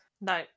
no